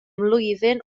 mlwyddyn